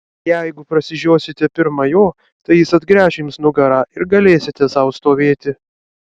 jeigu prasižiosite pirma jo tai jis atgręš jums nugarą ir galėsite sau stovėti